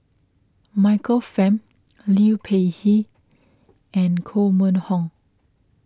Michael Fam Liu Peihe and Koh Mun Hong